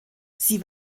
sie